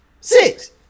Six